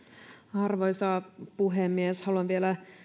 arvoisa puhemies haluan vielä